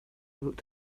looked